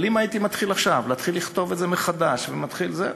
אבל אם הייתי מתחיל עכשיו להתחיל לכתוב את זה מחדש וזה,